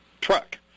truck